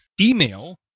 email